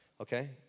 Okay